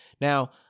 Now